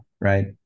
right